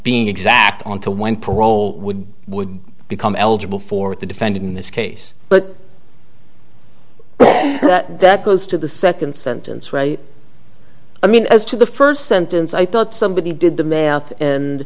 being exact on to when parole would would become eligible for the defend in this case but that goes to the second sentence right i mean as to the first sentence i thought somebody did the math and